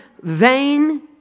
vain